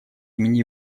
имени